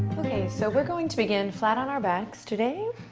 okay, so were going to begin flat on our backs today.